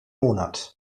monat